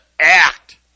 act